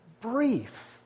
brief